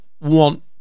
want